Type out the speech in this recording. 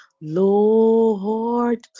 Lord